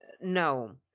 No